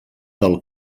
del